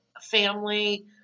family